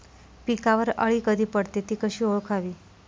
पिकावर अळी कधी पडते, ति कशी ओळखावी?